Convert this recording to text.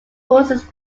forces